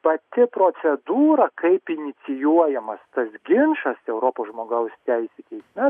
pati procedūra kaip inicijuojamas tas ginčas europos žmogaus teisių teisme